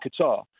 Qatar